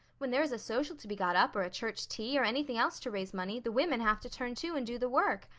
when there is a social to be got up or a church tea or anything else to raise money the women have to turn to and do the work.